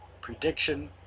Prediction